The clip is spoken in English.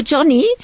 Johnny